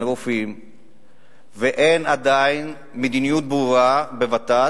רופאים ועדיין אין מדיניות ברורה בות"ת,